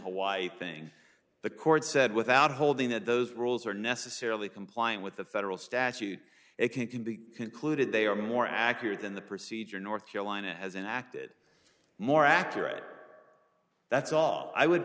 hawaii thing the court said without holding that those rules are necessarily complying with the federal statute it can be concluded they are more accurate than the procedure north carolina has and acted more accurate that's all i would